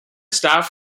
staff